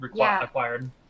acquired